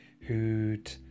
who'd